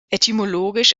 etymologisch